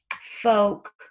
folk